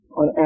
on